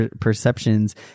perceptions